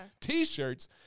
t-shirts